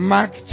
Mark